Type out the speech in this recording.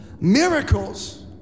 miracles